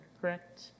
correct